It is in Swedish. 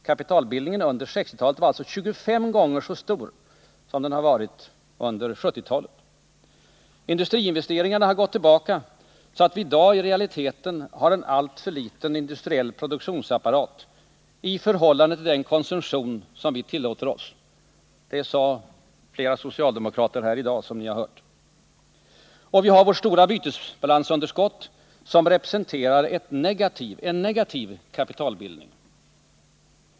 Kapitalbildningen under 1960-talet var alltså 25 gånger så stor som under 1970-talet. Industriinvesteringarna har gått tillbaka, så att vi i dag i realiteten har en alltför liten industriell produktionsapparat i förhållande till den konsumtion som vi tillåter oss. Det sade, som ni hörde, flera socialdemokrater här i dag. Och vi har vårt stora bytesbalansunderskott, som representerar en negativ kapitalbildning.